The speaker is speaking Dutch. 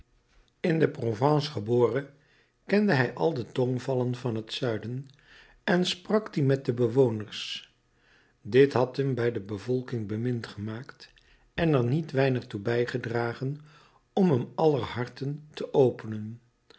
in provence geboren kende hij al de tongvallen van het zuiden en sprak die met de bewoners dit had hem bij de bevolking bemind gemaakt en er niet weinig toe bijgedragen om hem aller harten te openen